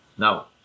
Now